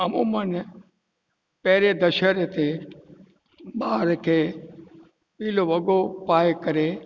अमूमन पहिरें दशहरे ते ॿार खे पीलो वॻो पाए करे